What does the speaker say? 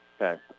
Okay